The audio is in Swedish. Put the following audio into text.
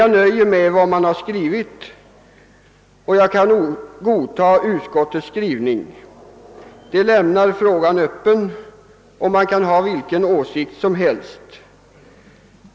Jag får nu nöja mig med vad utskottet skrivit. Skrivningen lämnar frågan öppen; man kan ha vilken åsikt som helst.